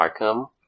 Arkham